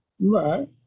right